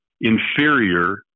inferior